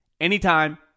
anytime